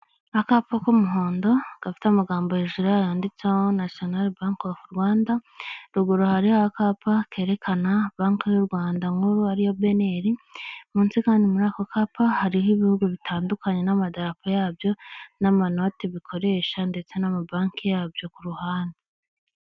Akapa k'umuhondo gafite amagambo hejuru yayo handitse nashino banke ofu Rwanda, ruguru hariho akapa kerekana banke y'u Rwanda nkuru ariyo beneri, munsi kandi yako kapa hariho ibindi bitanduannye n'amadarapo yabyo n'amanoti bikoresha ndetse n'amabanke yabyo ku ruhande.